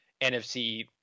NFC